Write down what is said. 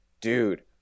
dude